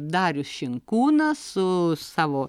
darius šinkūnas su savo